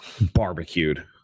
barbecued